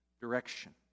direction